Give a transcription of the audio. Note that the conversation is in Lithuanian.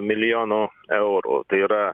milijonų eurų tai yra